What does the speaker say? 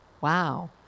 wow